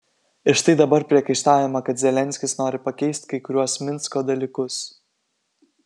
ir štai dabar priekaištaujama kad zelenskis nori pakeisti kai kuriuos minsko dalykus